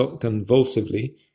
convulsively